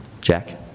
jack